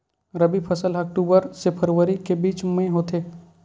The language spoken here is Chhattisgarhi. रबी फसल हा अक्टूबर से फ़रवरी के बिच में होथे